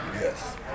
Yes